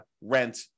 rent